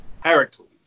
Heracles